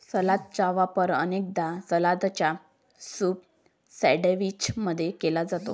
सलादचा वापर अनेकदा सलादच्या सूप सैंडविच मध्ये केला जाते